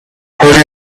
party